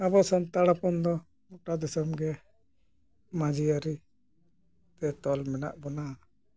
ᱟᱵᱚ ᱥᱟᱱᱛᱟᱲ ᱦᱚᱯᱚᱱ ᱫᱚ ᱜᱚᱴᱟ ᱫᱤᱥᱚᱢ ᱜᱮ ᱢᱟᱹᱡᱷᱤ ᱟᱹᱨᱤ ᱛᱮ ᱛᱚᱞ ᱢᱮᱱᱟᱜ ᱵᱚᱱᱟ